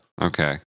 Okay